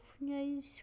news